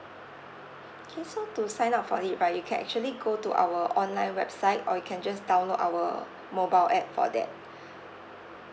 okay so to sign up for it right you can actually go to our online website or you can just download our mobile app for that